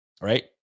right